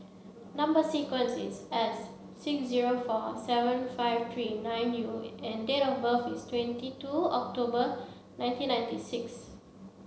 number sequence is S six zero four seven five three nine U and date of birth is twenty two October nineteen ninety six